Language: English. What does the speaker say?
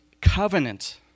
covenant